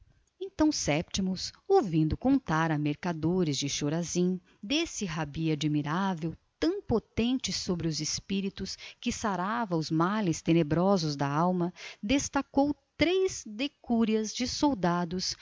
então sétimo ouvindo contar á mercadores de chorazim deste rabi admirável tão potente sobre os espíritos que sarava os males tenebrosos da alma destacou três decúrias de soldados